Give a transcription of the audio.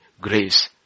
grace